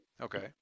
okay